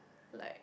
like